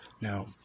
Now